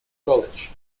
college